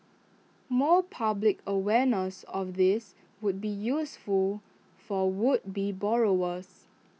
more public awareness on this would be useful for would be borrowers